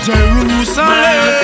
Jerusalem